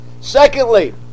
Secondly